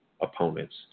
opponents